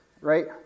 right